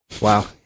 Wow